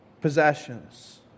possessions